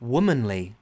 Womanly